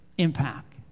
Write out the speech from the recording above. impact